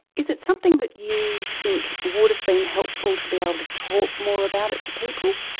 is it something that you think would have been helpful to be able to talk more about it to people?